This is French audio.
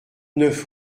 neuf